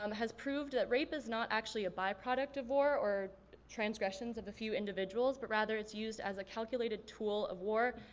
um has proved that rape is not actually a byproduct of war or transgressions of a few individuals, but rather it's used as a calculated tool of war,